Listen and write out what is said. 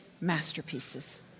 masterpieces